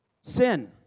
Sin